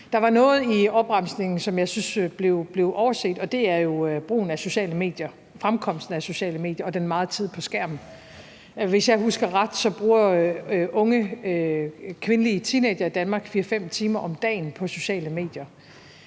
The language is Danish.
Der var noget i opremsningen, som jeg syntes blev overset, og det er jo brugen af sociale medier, fremkomsten af sociale medier og den meget tid på skærmen. Hvis jeg husker ret, så bruger unge kvindelige teenagere i Danmark 4-5 timer om dagen på sociale medier.